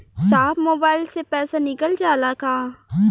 साहब मोबाइल से पैसा निकल जाला का?